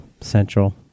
Central